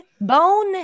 bone